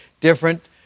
different